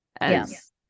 Yes